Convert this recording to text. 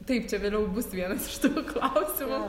taip čia vėliau bus vienas iš tokių klausimų